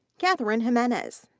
katherine jimenez.